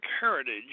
heritage